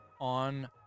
On